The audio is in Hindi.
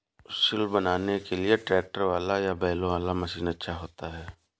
सिल बनाने के लिए ट्रैक्टर वाला या बैलों वाला मशीन अच्छा होता है?